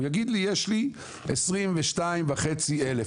הוא יגיד לי 'יש לי 22,500 איש'.